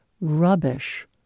rubbish